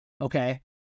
Okay